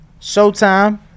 showtime